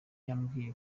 yambwiye